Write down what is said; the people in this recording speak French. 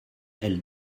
elle